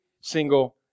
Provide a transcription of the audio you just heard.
single